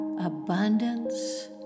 abundance